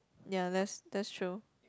ya that's that's true